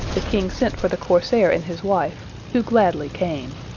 the king sent for the corsair and his wife, who gladly came.